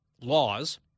laws